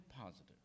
positive